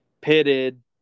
pitted